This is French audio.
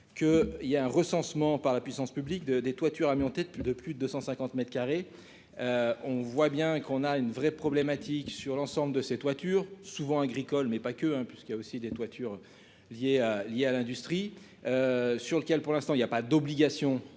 que il y a un recensement par la puissance publique de des toitures amianté de plus de plus de 150 mètres carrés, on voit bien qu'on a une vraie problématique sur l'ensemble de ces toitures souvent agricoles, mais pas que hein, puisqu'il y a aussi des toitures liés à liés à l'industrie sur lequel pour l'instant, il y a pas d'obligation